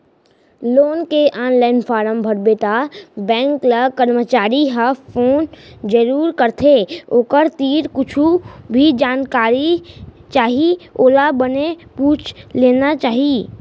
loan के online form भरबे त बेंक के करमचारी ह फोन जरूर करथे ओखर तीर कुछु भी जानकारी चाही ओला बने पूछ लेना चाही